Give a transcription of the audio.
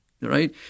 right